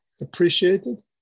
appreciated